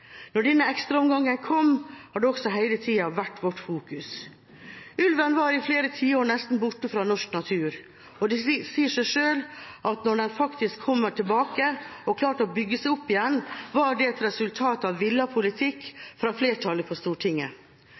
Når denne ekstraomgangen kom, har det også hele tida vært vårt fokus. Ulven var i flere tiår nesten borte fra norsk natur. Det sier seg selv at når den faktisk kommer tilbake og har klart å bygge seg opp igjen, er det et resultat av en villet politikk fra flertallet på Stortinget.